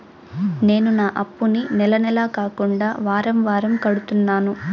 నేను నా అప్పుని నెల నెల కాకుండా వారం వారం కడుతున్నాను